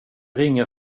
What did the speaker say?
ringer